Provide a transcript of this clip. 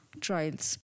trials